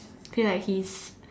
feel like he's